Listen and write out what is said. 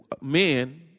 men